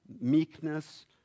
meekness